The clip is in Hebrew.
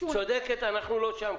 צודקת, אנחנו לא שם.